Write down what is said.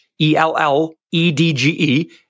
E-L-L-E-D-G-E